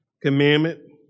commandment